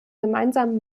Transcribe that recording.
gemeinsamen